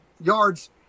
yards